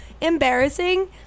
embarrassing